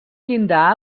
llindar